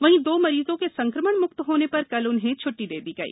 वहीं दो मरीजों के संक्रमण म्क्त होने पर कल छ्ट्टी दे दी गई